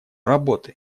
работы